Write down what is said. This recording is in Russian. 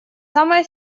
самое